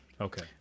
Okay